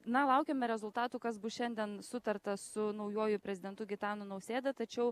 na laukiame rezultatų kas bus šiandien sutarta su naujuoju prezidentu gitanu nausėda tačiau